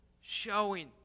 showing